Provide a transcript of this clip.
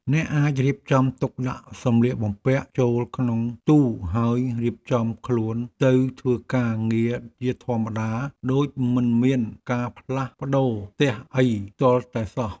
សេវាកម្មរស់នៅបែបនេះគឺពិតជាស័ក្តិសមបំផុតសម្រាប់បុគ្គលដែលចូលចិត្តភាពសាមញ្ញលឿនរហ័សនិងមិនចូលចិត្តភាពស្មុគស្មាញច្រើន។